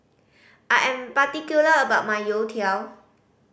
I am particular about my youtiao